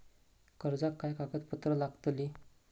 कर्जाक काय कागदपत्र लागतली?